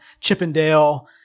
Chippendale